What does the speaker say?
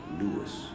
Lewis